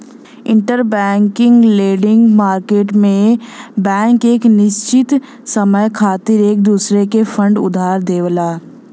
interbank lending market में bank एक निश्चित समय खातिर एक दूसरे के फंड उधार देवला